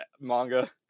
manga